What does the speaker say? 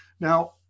Now